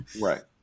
Right